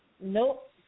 nope